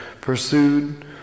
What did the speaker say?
pursued